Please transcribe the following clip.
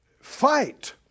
Fight